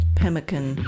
pemmican